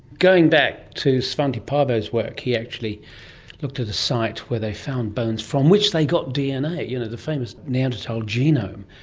going back to svante paabo's work, he actually looked at a site where they found bones from which they got dna, you know the famous neanderthal genome.